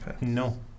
No